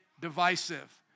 divisive